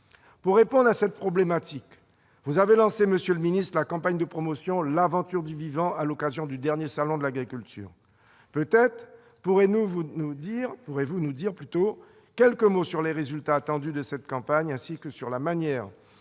Pour répondre à cette problématique, vous avez lancé, monsieur le ministre, la campagne de promotion L'Aventure du vivant à l'occasion du dernier salon de l'agriculture. Peut-être pourrez-vous nous dire quelques mots sur les résultats attendus de cette campagne, ainsi que sur la manière